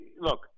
look